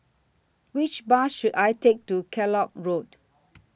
Which Bus should I Take to Kellock Road